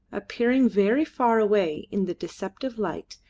appearing very far away in the deceptive light,